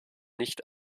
nicht